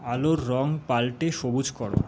আলোর রঙ পাল্টে সবুজ করো